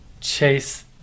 chase